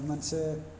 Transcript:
मोनसे